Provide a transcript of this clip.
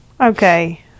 Okay